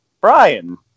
Brian